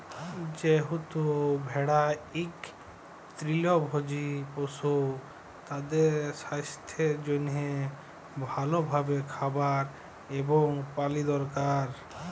যেহেতু ভেড়া ইক তৃলভজী পশু, তাদের সাস্থের জনহে ভাল ভাবে খাবার এবং পালি দরকার